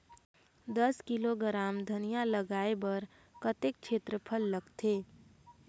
दस किलोग्राम धनिया लगाय बर कतेक क्षेत्रफल लगथे?